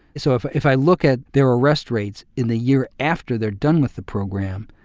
so if if i look at their arrest rates in the year after they're done with the program,